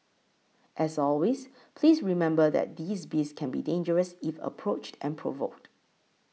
as always please remember that these beasts can be dangerous if approached and provoked